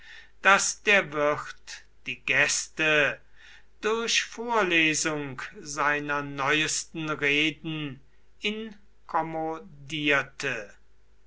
daß der wirt die gäste durch vorlesung seiner neuesten reden